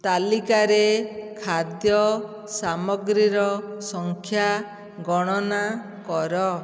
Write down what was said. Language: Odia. ତାଲିକାରେ ଖାଦ୍ୟ ସାମଗ୍ରୀର ସଂଖ୍ୟା ଗଣନା କର